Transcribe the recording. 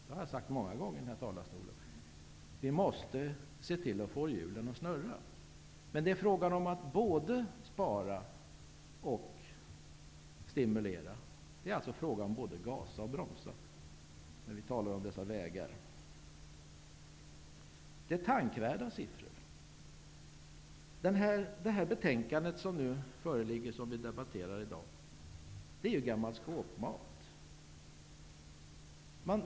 Det har jag sagt många gånger från denna talarstol. Vi måste få hjulen att snurra. Det är fråga om att både spara och stimulera. Det är alltså fråga om att både gasa och bromsa, när vi talar om olika vägar. Det är tänkvärda siffror. Det betänkande som nu föreligger och som vi debatterar i dag är gammal skåpmat.